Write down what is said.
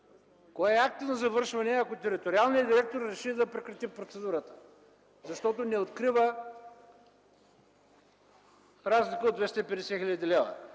кой е актът на завършване, ако териториалният директор реши да прекрати процедурата, защото не открива разлика от 250 хил.